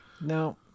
No